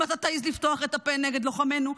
אם אתה תעז לפתוח את הפה נגד לוחמינו,